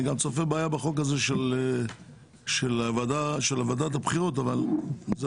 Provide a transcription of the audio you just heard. אני גם צופה בעיה בחוק הזה של ועדת הבחירות - אבל זה